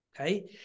Okay